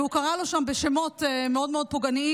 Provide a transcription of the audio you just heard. הוא קרא לו שם בשמות מאוד מאוד פוגעניים